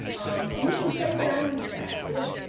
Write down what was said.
and you can play around with that. it